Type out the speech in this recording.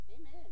Amen